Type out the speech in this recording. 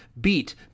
beat